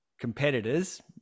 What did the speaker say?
competitors